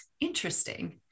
Interesting